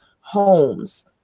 homes